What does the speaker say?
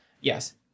yes